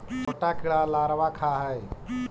छोटा कीड़ा लारवा खाऽ हइ